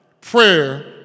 prayer